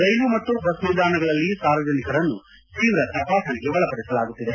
ರೈಲು ಮತ್ತು ಬಸ್ ನಿಲ್ದಾಣಗಳಲ್ಲಿ ಸಾರ್ವಜನಿಕರನ್ನು ತೀವ್ರ ತಪಾಸಣೆಗೆ ಒಳಪಡಿಸಲಾಗುತ್ತಿದೆ